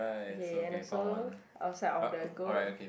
okay and so outside of the goat